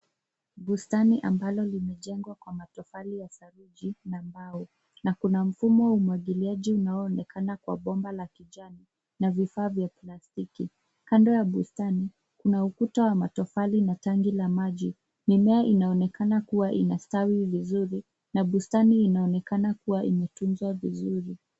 Bustani ambalo limejengwa kwa matofali ya saruji na mbao, na kuna mfumo wa umwagiliaji unaoonekana kwa bomba la kijani na vifaa vya plastiki. Kando ya bustani kuna ukuta wa matofali na tangi la maji. Mimea inaonekana kuwa inastawi vizuri na bustani inaonekana kuwa imetunzwa vizuri.